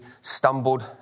stumbled